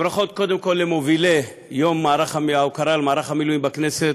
הברכות הן קודם כול למובילי יום ההוקרה למערך המילואים בכנסת,